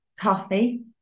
coffee